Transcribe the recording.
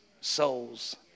souls